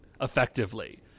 effectively